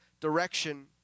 direction